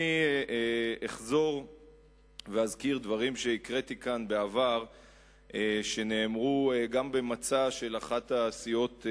אני אחזור ואזכיר דברים שקראתי כאן בעבר ונאמרו גם במצע של אחת הסיעות,